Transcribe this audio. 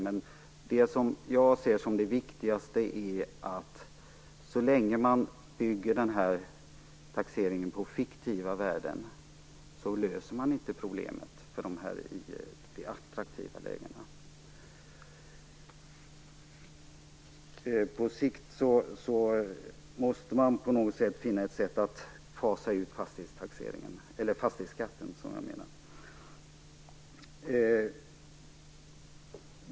Men vad jag ser som viktigast är att så länge man bygger taxeringarna på fiktiva värden, löser man inte problemet för de boende i de attraktiva lägena. På sikt måste man på något sätt finna ett sätt att fasa ut fastighetsskatten.